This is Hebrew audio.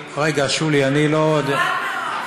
רגע, שולי, אני לא יודע, חבל מאוד.